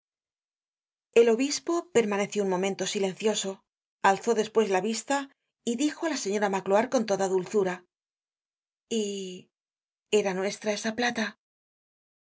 el obispo permaneció un momento silencioso alzó despues la vista y dijo á la señora magloire con toda dulzura y era nuestra esa plata